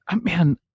man